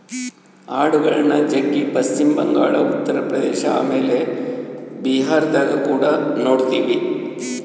ಆಡುಗಳ್ನ ಜಗ್ಗಿ ಪಶ್ಚಿಮ ಬಂಗಾಳ, ಉತ್ತರ ಪ್ರದೇಶ ಆಮೇಲೆ ಬಿಹಾರದಗ ಕುಡ ನೊಡ್ತಿವಿ